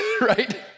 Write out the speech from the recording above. right